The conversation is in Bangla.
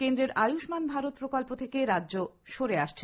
কেন্দ্রের আয়ুষ্মান ভারত প্রকল্প থেকে রাজ্য সরে আসছে